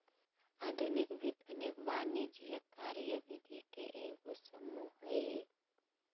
आधुनिक वित्त अनेक वाणिज्यिक कार्यविधि के एगो समूह हइ